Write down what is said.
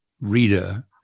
reader